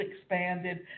expanded